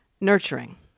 nurturing